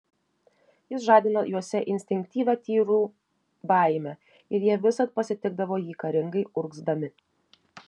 jis žadino juose instinktyvią tyrų baimę ir jie visad pasitikdavo jį karingai urgzdami